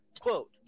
Quote